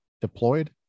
deployed